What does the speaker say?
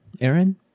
Aaron